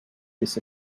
this